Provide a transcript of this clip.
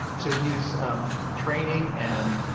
to use training and